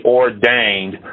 ordained